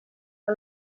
que